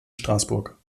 straßburg